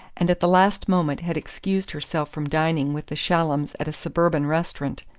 and at the last moment had excused herself from dining with the shallums at a suburban restaurant.